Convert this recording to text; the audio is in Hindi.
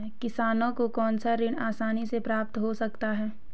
किसानों को कौनसा ऋण आसानी से प्राप्त हो सकता है?